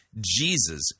Jesus